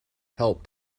help